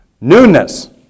newness